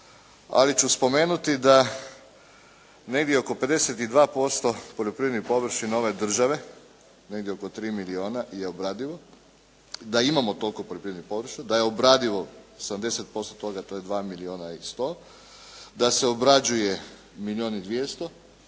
ali ću spomenuti da negdje oko 52% poljoprivrednih površina ove države, negdje oko 3 milijuna je obradivo, da imamo toliko poljoprivrednih površina, da je obradivo 70% toga, to je 2 milijuna 100, da se obrađuje milijun i 200,